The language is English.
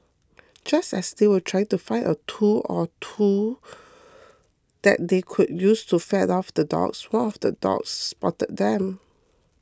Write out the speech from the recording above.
just as they were trying to find a tool or two that they could use to fend off the dogs one of the dogs spotted them